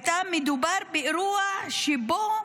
הייתה, מדובר באירוע שבו,